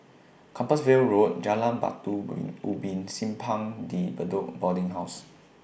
Compassvale Road Jalan Batu Ubin and Simpang De Bedok Boarding House